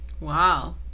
wow